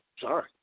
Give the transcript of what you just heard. Sorry